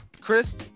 Chris